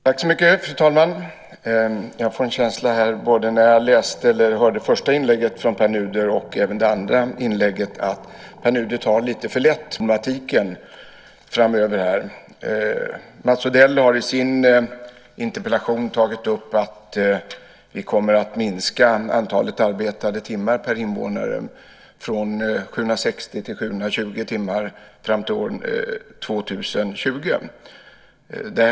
Fru talman! Jag får en känsla när jag hör Pär Nuders både första och andra inlägg av att Pär Nuder tar lite för lätt på problematiken framöver. Mats Odell har i sin interpellation tagit upp att vi kommer att minska antalet arbetade timmar per invånare från 760 till 720 timmar fram till år 2020.